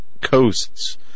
coasts